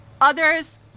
Others